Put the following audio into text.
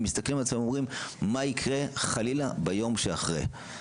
מסתכלים ואומרים: מה יקרה חלילה ביום שאחרי.